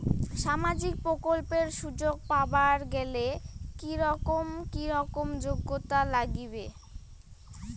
সামাজিক প্রকল্পের সুযোগ পাবার গেলে কি রকম কি রকম যোগ্যতা লাগিবে?